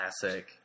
classic